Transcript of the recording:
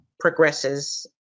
progresses